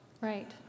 right